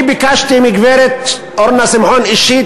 אני ביקשתי מגברת אורנה שמחון אישית,